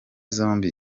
zombi